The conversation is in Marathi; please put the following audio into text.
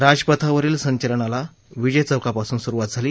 राजपथावरील संचलनाला विजय चौकापासून सुरुवात झाली